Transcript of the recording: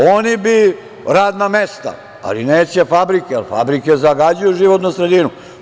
Oni bi radna mesta, ali neće fabrike, jer fabrike zagađuju životnu sredinu.